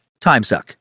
timesuck